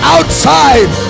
Outside